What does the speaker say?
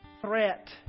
threat